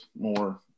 more